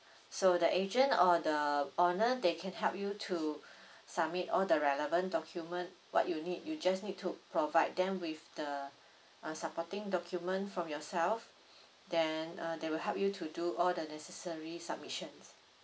so the agent or the owner they can help you to submit all the relevant document what you need you just need to provide them with the uh supporting document from yourself then uh they will help you to do all the necessary submissions